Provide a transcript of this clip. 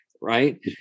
right